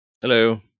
Hello